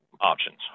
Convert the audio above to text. options